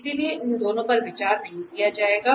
इसलिए इन दोनों पर विचार नहीं किया जाएगा